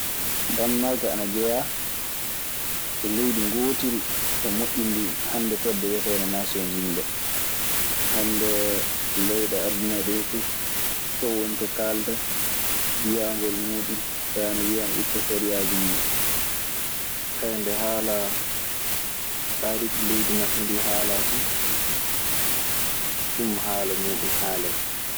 Danmarke ana jeha e leydi go'otiri ɓee moyindin feede wietende nation uninde. Hannde leyɗe aduna ɗee fu, too woni to kaalta biyaangol muuɗun, e ana wiya ana itta sariyaaji muuɗun. Nde haala taariki leydi maɓɓe ndii haalaa fu, ɗum haala muuɗun haalete.